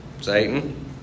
satan